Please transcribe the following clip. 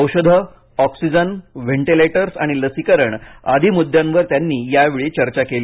औषधे oxygen ventilators आणि लसीकरण आदी मुद्द्यांवर त्यांनीयावेळी चर्चा केली